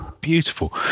beautiful